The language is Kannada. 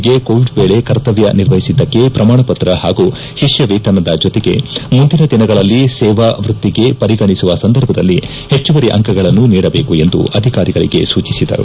ರಿಗೆ ಕೋವಿಡ್ ವೇಳಿ ಕರ್ತವ್ಯ ನಿರ್ವಹಿಸಿದ್ದಕ್ಕೆ ಪ್ರಮಾಣ ಪತ್ರ ಹಾಗೂ ಶಿಷ್ಯವೇತನದ ಜೊತೆಗೆ ಮುಂದಿನ ದಿನಗಳಲ್ಲಿ ಸೇವಾ ವೃತ್ತಿಗೆ ಪರಿಗಣಿಸುವ ಸಂದರ್ಭದಲ್ಲಿ ಹೆಚ್ಚುವರಿ ಅಂಕಗಳನ್ನು ನೀಡಬೇಕು ಎಂದು ಅಧಿಕಾರಿಗಳಿಗೆ ಸೂಚಿಸಿದರು